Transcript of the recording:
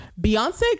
Beyonce